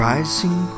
Rising